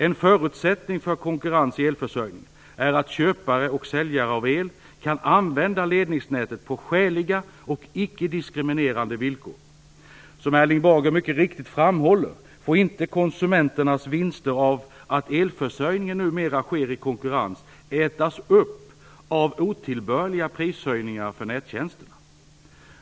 En förutsättning för konkurrens i elförsäljningen är att köpare och säljare av el kan använda ledningsnäten på skäliga och icke-diskriminerande villkor. Som Erling Bager mycket riktigt framhåller får inte konsumenternas vinster av att elförsäljningen numera sker i konkurrens ätas upp av otillbörliga prishöjningar för nättjänsterna.